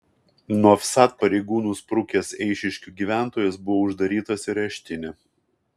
nuo vsat pareigūnų sprukęs eišiškių gyventojas buvo uždarytas į areštinę